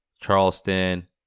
charleston